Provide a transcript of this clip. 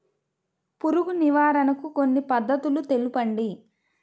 పురుగు నివారణకు కొన్ని పద్ధతులు తెలుపండి?